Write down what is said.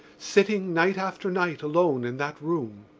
sitting night after night alone in that room.